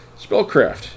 spellcraft